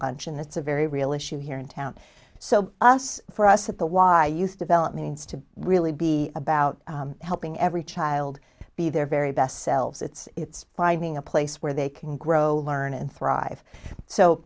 lunch and it's a very real issue here in town so us for us at the y use develop means to really be about helping every child be their very best selves it's finding a place where they can grow learn and thrive so